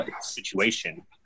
situation